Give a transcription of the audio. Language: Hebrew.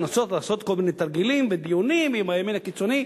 לנסות לעשות כל מיני תרגילים בדיונים עם הימין הקיצוני.